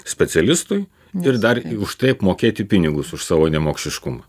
specialistui ir dar už tai apmokėti pinigus už savo nemokšiškumą